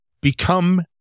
become